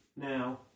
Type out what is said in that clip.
Now